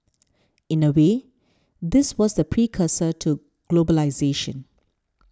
in a way this was the precursor to globalisation